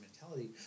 mentality